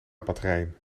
batterijen